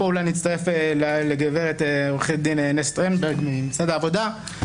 ופה אולי אני אצטרף לגב' עורכת הדין נס שטרנברג ממשרד העבודה,